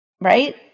Right